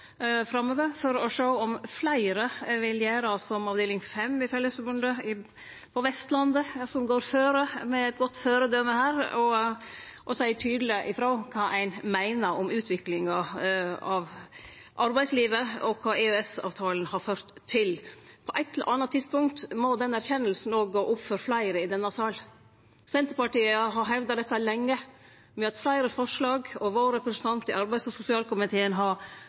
framover – for å sjå om fleire vil gjere som avdeling 5 i Fellesforbundet på Vestlandet, som her går føre som eit godt føredøme og seier tydeleg frå om kva ein meiner om utviklinga av arbeidslivet og kva EØS-avtalen har ført til. På eitt eller anna tidspunkt må den erkjenninga òg gå opp for fleire i denne salen. Senterpartiet har hevda dette lenge. Me har hatt fleire forslag, og representanten vår i arbeids- og sosialkomiteen har